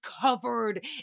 covered